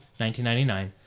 1999